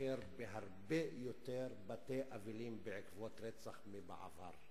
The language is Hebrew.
לבקר בהרבה יותר בתי אבלים בעקבות רצח מבעבר,